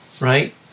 right